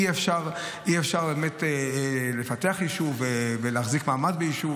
אי-אפשר באמת לפתח יישוב ולהחזיק מעמד ביישוב,